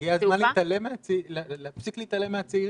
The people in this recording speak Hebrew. הגיע הזמן להפסיק להתעלם מהצעירים.